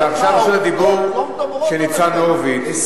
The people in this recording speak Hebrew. עכשיו רשות הדיבור של ניצן הורוביץ.